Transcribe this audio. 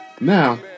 Now